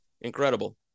Incredible